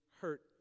hurt